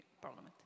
Parliament